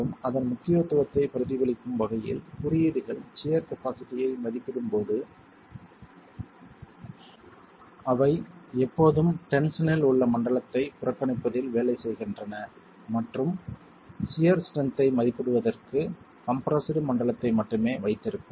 மற்றும் அதன் முக்கியத்துவத்தை பிரதிபலிக்கும் வகையில் குறியீடுகள் சியர் கபாசிட்டியை மதிப்பிடும் போது அவை எப்போதும் டென்ஷனில் உள்ள மண்டலத்தை புறக்கணிப்பதில் வேலை செய்கின்றன மற்றும் சுவரின் சியர் ஸ்ட்ரென்த் ஐ மதிப்பிடுவதற்கு கம்ப்ரெஸ்டு மண்டலத்தை மட்டுமே வைத்திருக்கும்